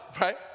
right